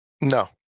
No